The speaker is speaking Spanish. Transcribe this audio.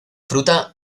fruta